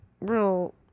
real